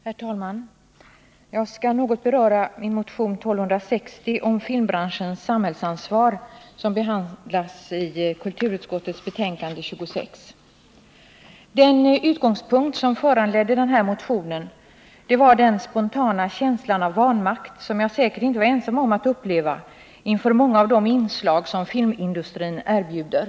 Herr talman! Jag skall något beröra min motion 1260 om filmbranschens samhällsansvar, vilken behandlas i kulturutskottets betänkande nr 26. Den utlösande impuls som föranledde motionen var den spontana känsla av vanmakt som jag säkert inte varit ensam om att uppleva inför många av de inslag som filmindustrin erbjuder.